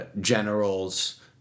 generals